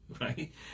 right